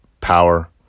power